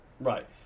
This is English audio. Right